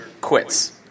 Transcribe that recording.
quits